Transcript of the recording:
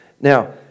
Now